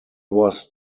was